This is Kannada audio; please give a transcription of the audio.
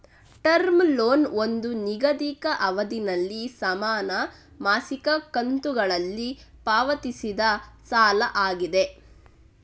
ಟರ್ಮ್ ಲೋನ್ ಒಂದು ನಿಗದಿತ ಅವಧಿನಲ್ಲಿ ಸಮಾನ ಮಾಸಿಕ ಕಂತುಗಳಲ್ಲಿ ಪಾವತಿಸಿದ ಸಾಲ ಆಗಿದೆ